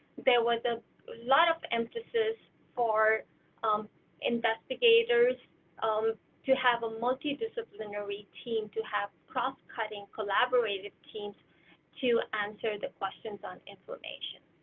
there was a lot of emphasis for um investigators um to have a multi disciplinary team to have cross cutting collaborative teams to answer the questions on inflammation.